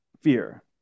Fear